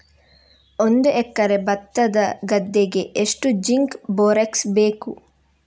ಒಂದು ಎಕರೆ ಭತ್ತದ ಗದ್ದೆಗೆ ಎಷ್ಟು ಜಿಂಕ್ ಬೋರೆಕ್ಸ್ ಬೇಕು?